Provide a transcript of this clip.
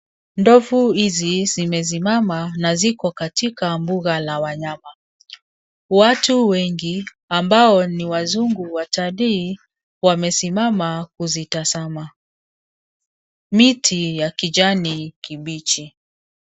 Ndovu hizi zimesimama na ziko katika mbuga la wanyama. Watu wengi ambao ni wazungu watalii wamesimama kuzitazama. Miti ya kijani kibichi.